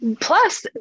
Plus